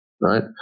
Right